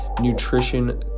nutrition